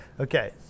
Okay